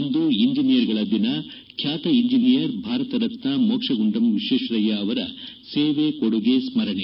ಇಂದು ಇಂಜಿಯರ್ಗಳ ದಿನ ಖ್ಯಾತ ಇಂಜಿನಿಯರ್ ಭಾರತರತ್ನ ಮೋಕ್ಷಗುಂಡಂ ವಿಶ್ವೇಶ್ವರಯ್ಯ ಅವರ ಸೇವೆ ಕೊಡುಗೆ ಸ್ನರಣೆ